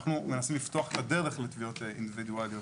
אנחנו מנסים לפתוח את הדרך לתביעות אינדיבידואליות,